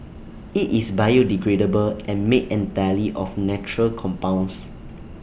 IT is biodegradable and made entirely of natural compounds